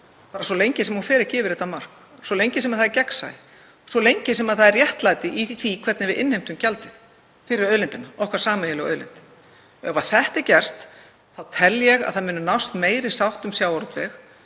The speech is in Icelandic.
bara svo lengi sem hún fer ekki yfir þetta mark, svo lengi sem það er gegnsæi, svo lengi sem það er réttlæti í því hvernig við innheimtum gjaldið fyrir auðlindina, sameiginlega auðlind okkar. Ef þetta er gert tel ég að það muni nást meiri sátt um sjávarútveg